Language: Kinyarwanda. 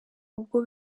ubwo